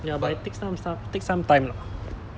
ya but it takes some stuff takes some time lah